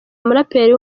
umuraperi